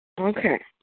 Okay